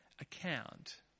account